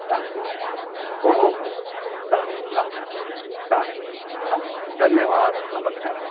चालेल हो हो चालेल चालेल चालेल धन्यवाद नमस्कार